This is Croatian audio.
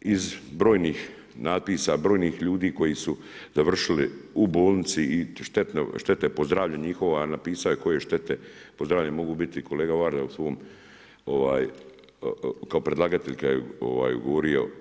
iz brojnih natpisa, brojnih ljudi koji su završili u bolnici i štete po zdravlju njihovi, a napisao je koje štete po zdravlju mogu biti i kolega Varda u svom, kao predlagatelj kada je govorio.